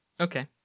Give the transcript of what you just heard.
Okay